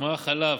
מה חלף.